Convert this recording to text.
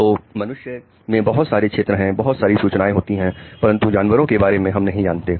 तो मनुष्य में बहुत सारे क्षेत्र और बहुत सारी सूचनाएं होती परंतु जानवरों के बारे में हम नहीं जानते हैं